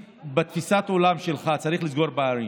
בתפיסת העולם שלך צריך לסגור פערים,